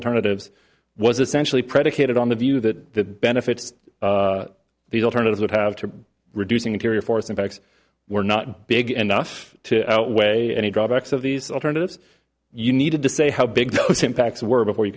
alternatives was essentially predicated on the view that benefits the alternatives would have to reducing interior force impacts were not big enough to outweigh any drawbacks of these alternatives you needed to say how big those impacts were before you